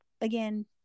again